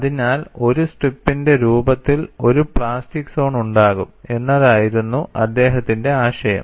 അതിനാൽ ഒരു സ്ട്രിപ്പിന്റെ രൂപത്തിൽ ഒരു പ്ലാസ്റ്റിക് സോൺ ഉണ്ടാകും എന്നതായിരുന്നു അദ്ദേഹത്തിന്റെ ആശയം